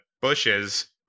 Bushes